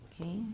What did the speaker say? okay